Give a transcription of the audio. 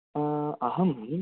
अहं